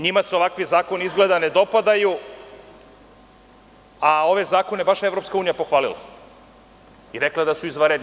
Njima su ovakvi zakoni izgleda ne dopadaju, a ove zakone je baš EU pohvalila i rekla je da su izvanredni.